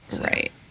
Right